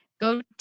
go